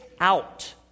out